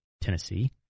Tennessee